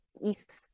east